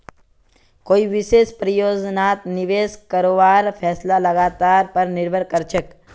कोई विशेष परियोजनात निवेश करवार फैसला लागतेर पर निर्भर करछेक